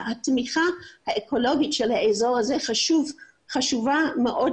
התמיכה האקולוגית של האזור הזה חשובה מאוד